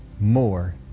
more